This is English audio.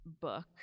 book